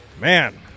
Man